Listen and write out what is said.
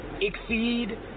exceed